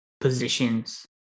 positions